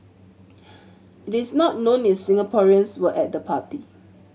it is not known if Singaporeans were at the party